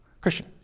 Christian